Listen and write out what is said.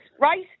right